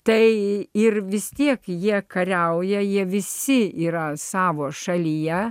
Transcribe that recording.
tai ir vis tiek jie kariauja jie visi yra savo šalyje